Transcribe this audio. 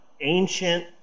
ancient